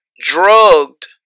drugged